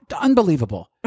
unbelievable